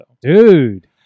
Dude